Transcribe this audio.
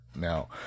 Now